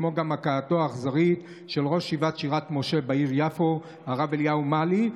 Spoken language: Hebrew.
כמו גם הכאתו האכזרית של ראש ישיבת שירת משה בעיר יפו הרב אליהו מאלי.